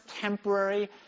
temporary